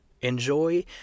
enjoy